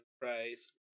price